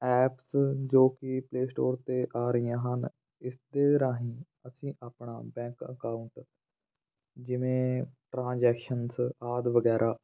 apps ਜੋ ਕਿ play store 'ਤੇ ਆ ਰਹੀਆਂ ਹਨ ਇਸ ਦੇ ਰਾਹੀਂ ਅਸੀਂ ਆਪਣਾ ਬੈਂਕ ਅਕਾਊਂਟ ਜਿਵੇਂ ਟਰਾਜੈਕਸ਼ਨਸ ਆਦਿ ਵਗੈਰਾ